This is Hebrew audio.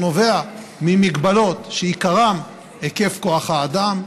שנובע ממגבלות שעיקרן היקף כוח האדם,